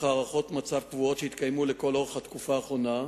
ועל סמך הערכות מצב קבועות שהתקיימו לכל אורך התקופה האחרונה,